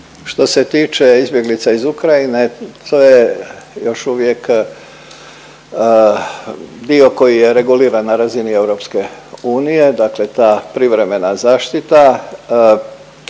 Što se tiče izbjeglica iz Ukrajine to je još uvijek dio koji je reguliran na razini EU, dakle ta privremena zaštita.